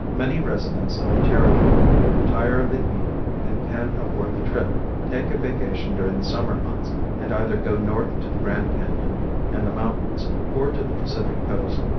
many residents of the territory who tire of the heat and can afford the trip take a vacation during the summer months and either go north to the grand canon and the mountains or to the pacific coast.